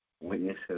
witnesses